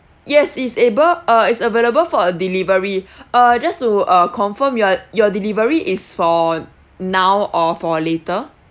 yes is able uh it's available for a delivery uh just to uh confirm your your delivery is for now or for later